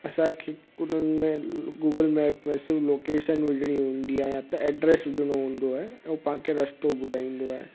असांखे कुल में गूगल मैप में सिर्फ़ु लोकेशन विझिणी हूंदी आहे या त एड्रेस विझिणो हूंदो आहे ऐं पाण खे रस्तो ॿुधाईंदो आहे